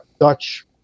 Dutch